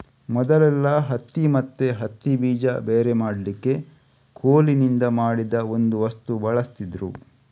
ಮೊದಲೆಲ್ಲಾ ಹತ್ತಿ ಮತ್ತೆ ಹತ್ತಿ ಬೀಜ ಬೇರೆ ಮಾಡ್ಲಿಕ್ಕೆ ಕೋಲಿನಿಂದ ಮಾಡಿದ ಒಂದು ವಸ್ತು ಬಳಸ್ತಿದ್ರು